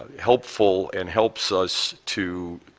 helpful and helps us to